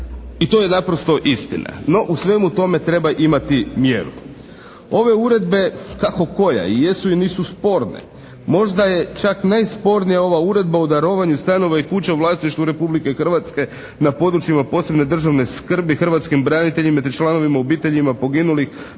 i to je naprosto istina. No, u svemu tome treba imati mjeru. Ove uredbe, kako koja i jesu i nisu sporne. Možda je čak najspornija ova uredba u darovanju stanova i kuća u vlasništvu Republike Hrvatske na područjima posebne državne skrbi hrvatskim braniteljima te članovima obiteljima poginulih,